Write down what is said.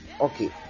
Okay